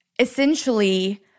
essentially